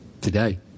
today